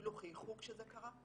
שאפילו חייכו כשזה קרה,